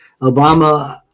Obama